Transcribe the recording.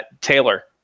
Taylor